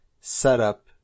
setup